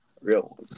Real